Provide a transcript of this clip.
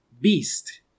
beast